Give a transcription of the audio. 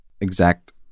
exact